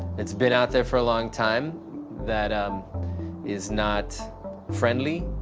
that's been out there for a long time that um is not friendly,